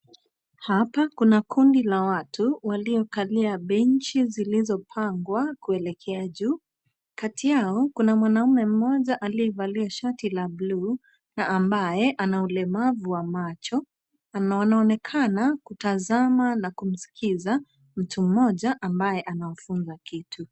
Hapa kuna kundi la watu waliokalia benji zilizopangwa kuelekea jua. Kati yao kuna mwanaume mmoja aliyevalia shati la blue na ambaye ana ulemavu wa macho, na anaonekana kutazama na kumsikiza mtu mmoja ambaye anamfunza kitu.